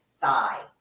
thigh